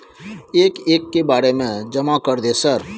एक एक के बारे जमा कर दे सर?